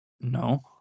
No